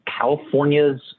California's